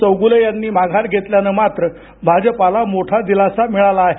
चौगूले यांनी माघार घेतल्यानं मात्र भाजपला मोठा दिलासा मिळाला आहे